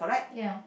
yeah